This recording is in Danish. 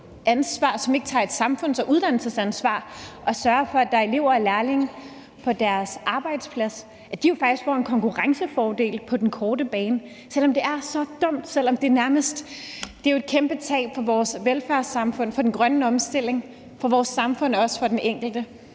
som ikke tager et samfunds- og uddannelsesansvar og sørger for, at der er elever og lærlinge på deres arbejdsplads. De får jo faktisk en konkurrencefordel. Og selv om det kan betale sig for dem på den korte bane, er det så dumt, fordi det er et kæmpe tab for vores velfærdssamfund, for den grønne omstilling og også for den enkelte.